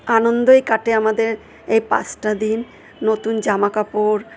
আনন্দয় কাটে আমাদের এ পাঁচটা দিন নতুন জামাকাপড়